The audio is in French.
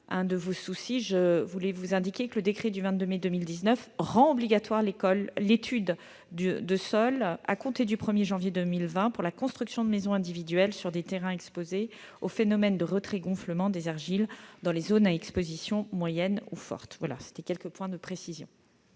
je vous indique que le décret du 22 mai 2019 rend obligatoire l'étude de sol à compter du 1 janvier 2020 pour la construction de maisons individuelles sur des terrains exposés aux phénomènes de retrait-gonflement des argiles dans les zones à exposition moyenne ou forte. Voilà pour les quelques précisions